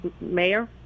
Mayor